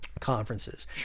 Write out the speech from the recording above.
Conferences